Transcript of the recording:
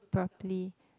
properly